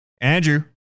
Andrew